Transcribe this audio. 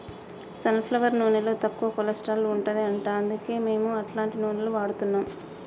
sun flower నూనెలో తక్కువ cholesterol ఉంటది అంట అందుకే మేము అట్లాంటి నూనెలు వాడుతున్నాం